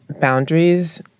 boundaries